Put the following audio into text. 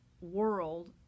world